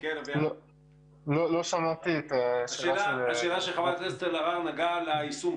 לא שמעתי את השאלה של חברת הכנסת אלהרר.